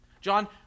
John